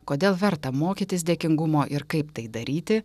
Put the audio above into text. kodėl verta mokytis dėkingumo ir kaip tai daryti